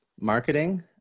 Marketing